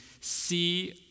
see